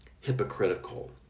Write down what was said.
hypocritical